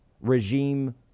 regime